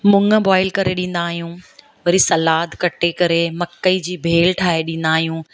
मुङ बॉयल करे ॾींदा आहियूं वरी सलाद कटे करे मकई जी भेल ठाहे ॾींदा आहियूं